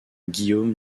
guillaume